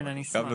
כן, אני אשמח.